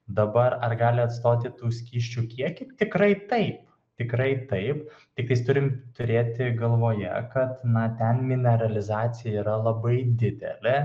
dabar ar gali atstoti tų skysčių kiekį tikrai taip tikrai taip tiktais turim turėti galvoje kad na ten mineralizacija yra labai didelė